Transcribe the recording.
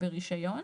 ברישיון.